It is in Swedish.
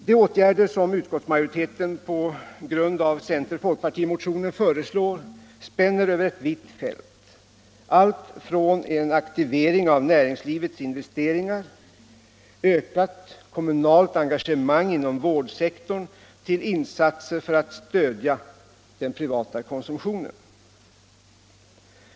De åtgärder som utskottsmajoriteten på grund av centern-folkpartimotionen förslår spänner över ett vitt fält, alltifrån en aktivering av näringslivets investeringar och ökat kommunalt engagemang inom vårdsektorn till insatser för att stödja den privata konsumtionen.